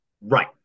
Right